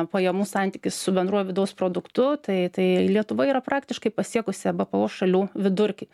pajamų santykis su bendruoju vidaus produktu tai tai lietuva yra praktiškai pasiekusi ebpo šalių vidurkį